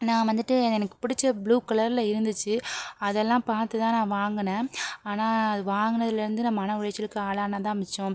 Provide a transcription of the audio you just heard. நான் வந்துட்டு எனக்கு பிடிச்ச ப்ளூ கலரில் இருந்துச்சு அதெல்லாம் பார்த்துதான் நான் வாங்கினேன் ஆனால் அது வாங்குனதுலேருந்து நான் மன உளைச்சலுக்கு ஆளானதுதான் மிச்சம்